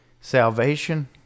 salvation